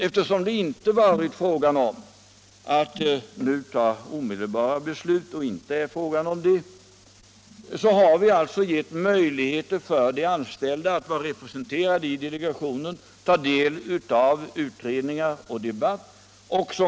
Eftersom det inte varit fråga om att fatta omedelbara beslut har vi givit möjligheter för de anställda att vara representerade i delegationen och ta del av utredningar och debatter.